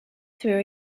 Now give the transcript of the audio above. through